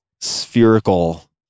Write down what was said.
spherical